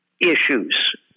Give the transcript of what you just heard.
issues